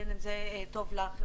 בין אם זה טוב לחברה,